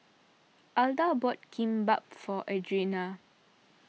Alda bought Kimbap for Adrianna